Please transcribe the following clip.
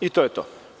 I to je to.